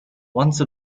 once